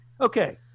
Okay